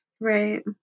Right